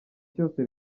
cyose